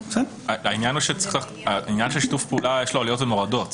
העניין של שיתוף פעולה, יש לו עליות ומורדות.